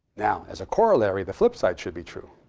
now as a corollary, the flip side should be true,